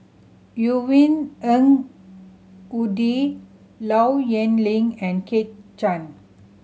Yvonne Ng Uhde Low Yen Ling and Kit Chan